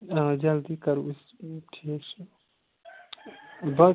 آ جلدی کَرو أسۍ ٲں ٹھیٖک چھُ بَس